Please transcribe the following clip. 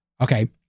Okay